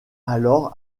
alors